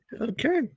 Okay